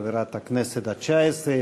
חברת הכנסת התשע-עשרה,